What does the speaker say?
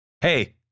hey